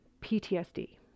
PTSD